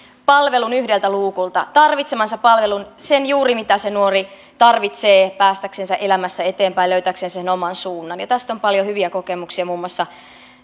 yhdeltä luukulta tarvitsemansa palvelun juuri sen mitä se nuori tarvitsee päästäksensä elämässä eteenpäin löytääkseen sen oman suunnan tästä on paljon hyviä kokemuksia muun muassa